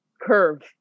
curve